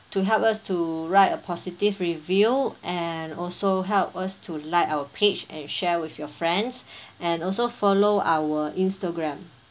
to help us to write a positive review and also help us to like our page and share with your friends and also follow our Instagram